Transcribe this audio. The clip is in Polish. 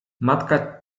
matka